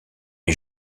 est